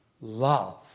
Love